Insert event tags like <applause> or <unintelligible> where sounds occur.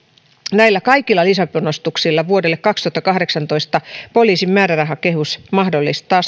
näillä kaikilla lisäpanostuksilla vuodelle kaksituhattakahdeksantoista poliisin määrärahakehys mahdollistaa <unintelligible>